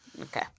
Okay